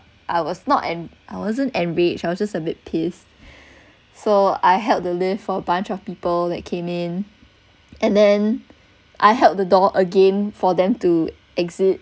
yeah I was not en~ I wasn't enraged I was just a bit pissed so I held the lift for a bunch of people that came in and then I held the door again for them to exit